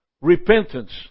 repentance